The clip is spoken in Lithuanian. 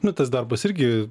nu tas darbas irgi